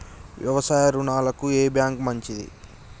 వ్యవసాయ రుణాలకు ఏ బ్యాంక్ మంచిది?